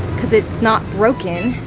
cause it's not broken.